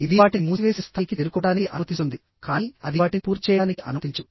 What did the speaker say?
ఇది వాటిని మూసివేసే స్థాయికి చేరుకోవడానికి అనుమతిస్తుంది కానీ అది వాటిని పూర్తి చేయడానికి అనుమతించదు